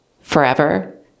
forever